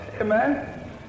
Amen